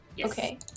Okay